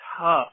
tough